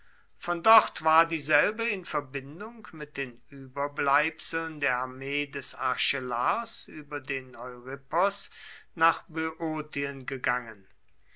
von dort war dieselbe in verbindung mit den überbleibseln der armee des archelaos über den euripos nach böotien gegangen